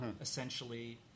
essentially